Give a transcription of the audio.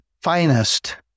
finest